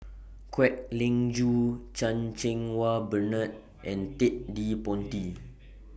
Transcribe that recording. Kwek Leng Joo Chan Cheng Wah Bernard and Ted De Ponti